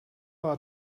our